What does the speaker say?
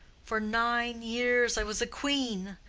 for nine years i was a queen.